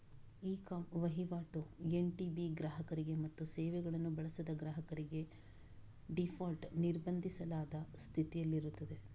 E com ವಹಿವಾಟು NTB ಗ್ರಾಹಕರಿಗೆ ಮತ್ತು ಸೇವೆಗಳನ್ನು ಬಳಸದ ಗ್ರಾಹಕರಿಗೆ ಡೀಫಾಲ್ಟ್ ನಿರ್ಬಂಧಿಸಲಾದ ಸ್ಥಿತಿಯಲ್ಲಿರುತ್ತದೆ